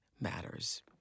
matters